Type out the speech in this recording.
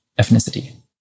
ethnicity